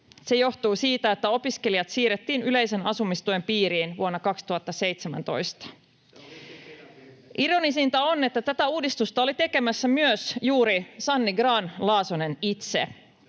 Se johtuu siitä, että opiskelijat siirrettiin yleisen asumistuen piiriin vuonna 2017. [Ben Zyskowicz: Se oli Sipilän virhe!] Ironisinta on, että tätä uudistusta oli tekemässä myös juuri Sanni Grahn-Laasonen itse.